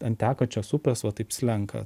ant tekančios upės va taip slenka